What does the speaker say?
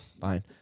fine